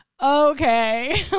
Okay